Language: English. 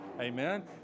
Amen